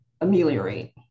ameliorate